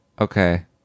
Okay